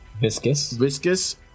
viscous